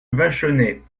vachonnet